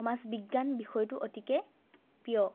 সমাজ বিজ্ঞান বিষয়টো অতিকৈ প্ৰিয়